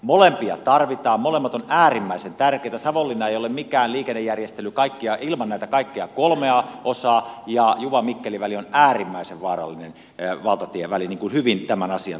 molempia tarvitaan molemmat ovat äärimmäisen tärkeitä savonlinnan liikennejärjestely ei ole mikään ilman näitä kaikkia kolmea osaa ja juvamikkeli väli on äärimmäisen vaarallinen valtatieväli niin kuin hyvin tämän asian tiedätte